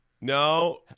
no